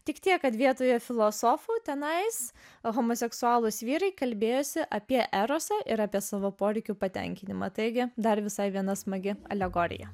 tik tiek kad vietoje filosofų tenais homoseksualūs vyrai kalbėjosi apie erosą ir apie savo poreikių patenkinimą taigi dar visai viena smagi alegorija